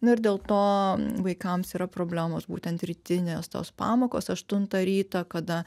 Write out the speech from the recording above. nu ir dėl to vaikams yra problemos būtent rytinės tos pamokos aštuntą ryto kada